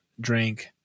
drink